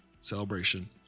celebration